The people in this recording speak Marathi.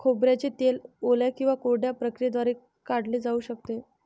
खोबऱ्याचे तेल ओल्या किंवा कोरड्या प्रक्रियेद्वारे काढले जाऊ शकते